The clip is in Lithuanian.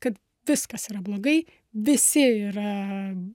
kad viskas yra blogai visi yra